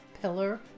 pillar